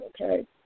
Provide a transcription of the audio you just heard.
okay